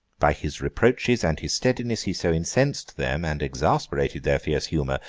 by his reproaches and his steadiness, he so incensed them, and exasperated their fierce humour,